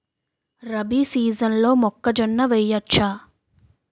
రబీ సీజన్లో మొక్కజొన్న వెయ్యచ్చా?